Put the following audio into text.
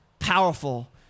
Powerful